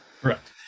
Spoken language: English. Correct